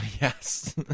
Yes